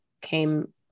came